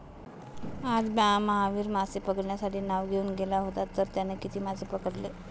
आज महावीर मासे पकडण्यासाठी नाव घेऊन गेला होता तर त्याने किती मासे पकडले?